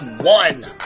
one